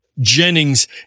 Jennings